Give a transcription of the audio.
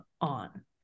on